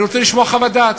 אני רוצה לשמוע חוות דעת.